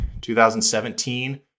2017